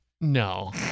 No